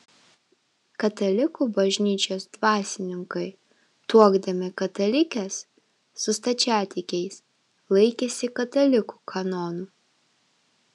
katalikų bažnyčios dvasininkai tuokdami katalikes su stačiatikiais laikėsi katalikų kanonų